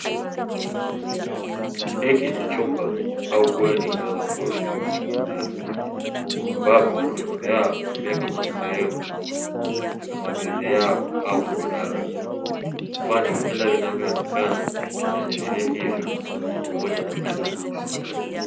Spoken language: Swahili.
Hiki ni chumba au bweni la wanafunzi wa sekondari, ambapo wanafunzi hawa hutumia kama sehemu ya malezi yao au kulala kwani vitanda vinavyoonekana vina ashiria hivyo pamoja na meza za kujisomea.